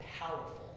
powerful